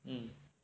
mm